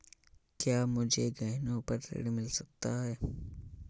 क्या मुझे गहनों पर ऋण मिल सकता है?